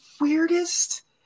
weirdest